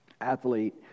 athlete